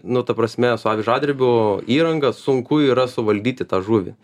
nu ta prasme su avižadrebio įranga sunku yra suvaldyti tą žuvį